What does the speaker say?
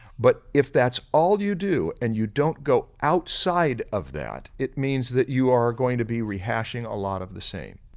but if that's all you do and you don't go outside of that, it means that you are going to be rehashing a lot of the same.